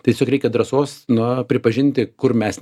tiesiog reikia drąsos na pripažinti kur mes